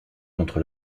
contre